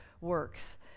works